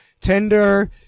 Tinder